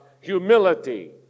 humility